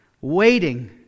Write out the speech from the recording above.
waiting